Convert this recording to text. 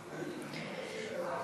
בבקשה.